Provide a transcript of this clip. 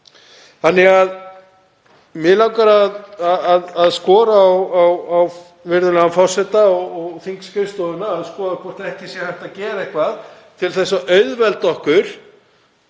annað. Mig langar að skora á virðulegan forseta og þingskrifstofuna að skoða hvort ekki sé hægt að gera eitthvað til að auðvelda okkur